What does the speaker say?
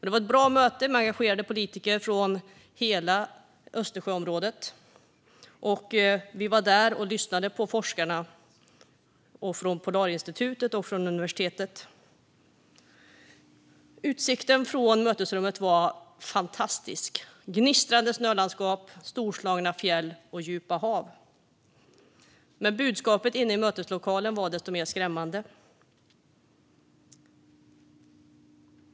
Det var ett bra möte med engagerade politiker från hela Östersjöområdet. Vi var där och lyssnade på forskarna från polarinstitutet och från universitetet. Utsikten från mötesrummet var fantastisk. Det var gnistrande snölandskap, storslagna fjäll och djupa hav. Men budskapet inne i möteslokalen var desto mer skrämmande.